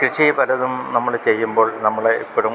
കൃഷി പലതും നമ്മൾ ചെയ്യുമ്പോൾ നമ്മൾ ഇപ്പോഴും